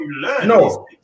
no